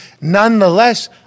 nonetheless